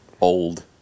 old